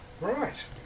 Right